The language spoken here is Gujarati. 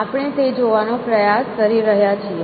આપણે તે જોવાનો પ્રયાસ કરી રહ્યા છીએ